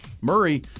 Murray